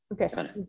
okay